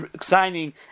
signing